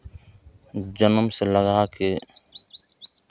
जन्म से लगा के